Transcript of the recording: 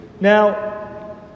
Now